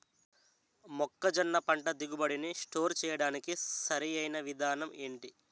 మొక్కజొన్న పంట దిగుబడి నీ స్టోర్ చేయడానికి సరియైన విధానం ఎంటి?